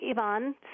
Ivan